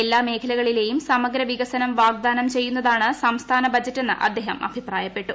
എല്ലാ മേഖലകളിലെയും സമഗ്ര വികസനം വാഗ്ദാനം ചെയ്യുന്നതാണ് സംസ്ഥാന ബജറ്റെന്ന് അദ്ദേഹം അഭിപ്രായപ്പെട്ടു